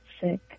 sick